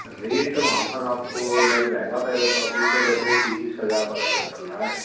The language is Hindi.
रेट वहाँ पर आपको लग जाएगा पहले तो अभी तो वैसे बीस हज़ार वर्ग गज चल रहा है